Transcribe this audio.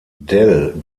dell